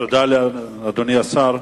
תודה לאדוני השר.